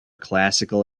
classical